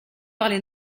parler